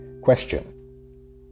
question